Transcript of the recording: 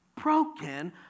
broken